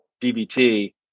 DBT